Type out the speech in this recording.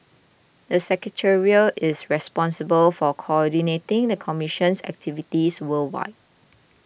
the secretariat is responsible for coordinating the commission's activities worldwide